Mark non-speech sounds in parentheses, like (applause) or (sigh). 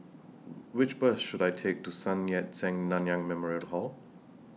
(noise) Which Bus should I Take to Sun Yat Sen Nanyang Memorial Hall